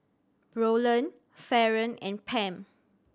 Roland Faron and Pam